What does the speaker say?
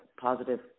positive